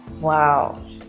wow